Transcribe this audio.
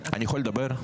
אני יכול לדבר?